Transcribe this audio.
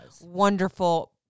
wonderful